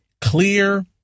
clear